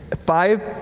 five